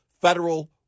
federal